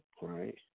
right